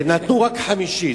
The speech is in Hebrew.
נתנו רק חמישית.